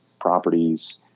properties